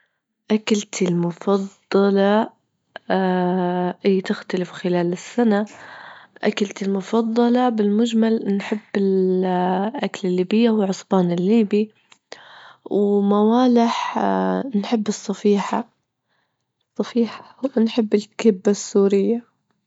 أكلتي المفضلة إيه تختلف خلال السنة، أكلتي المفضلة بالمجمل نحب الأكل الليبية والعصبان الليبي، وموالح نحب الصفيحة- الصفيحة ونحب الكبة السورية.